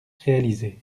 réaliser